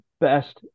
best